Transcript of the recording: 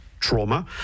trauma